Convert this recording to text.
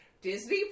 Disney